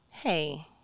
Hey